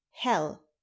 hell